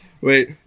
Wait